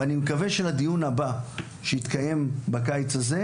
ואני מקווה שלדיון הבא שיתקיים בקיץ הזה,